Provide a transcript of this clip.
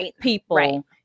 people